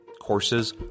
Courses